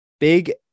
Big